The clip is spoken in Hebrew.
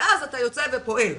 ואז אתה יוצא ופועל.